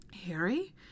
Harry